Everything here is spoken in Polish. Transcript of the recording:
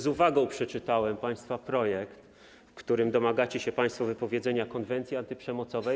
Z uwagą przeczytałem państwa projekt, w którym domagacie się wypowiedzenia konwencji antyprzemocowej.